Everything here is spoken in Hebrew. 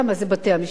אטיים,